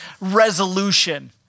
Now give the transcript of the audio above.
resolution